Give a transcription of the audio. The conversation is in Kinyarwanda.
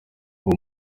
uwo